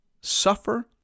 suffer